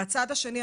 מהצד השני,